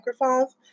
microphones